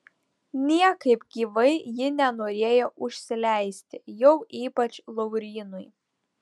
niekaip gyvai ji nenorėjo užsileisti jau ypač laurynui